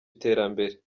iterambere